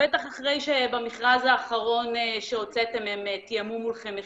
בטח אחרי שבמכרז האחרון שהוצאתם הם תיאמו מולכם מחירים?